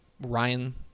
Ryan